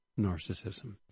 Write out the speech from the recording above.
narcissism